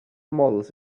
models